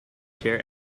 chair